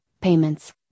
payments